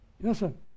Listen